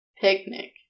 Picnic